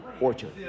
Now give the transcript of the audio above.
orchard